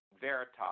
Veritas